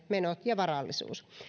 menot ja varallisuus